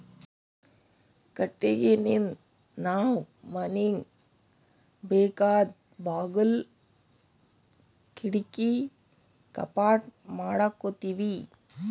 ಕಟ್ಟಿಗಿನಿಂದ್ ನಾವ್ ಮನಿಗ್ ಬೇಕಾದ್ ಬಾಗುಲ್ ಕಿಡಕಿ ಕಪಾಟ್ ಮಾಡಕೋತೀವಿ